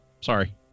Sorry